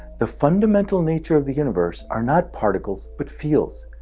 the fundamental nature of the universe are not particles but fields.